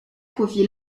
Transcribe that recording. profit